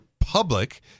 public